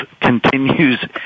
continues